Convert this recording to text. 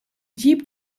jeep